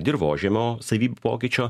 dirvožemio savybių pokyčio